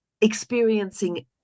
experiencing